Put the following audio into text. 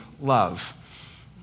love